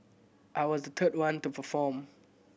I was the third one to perform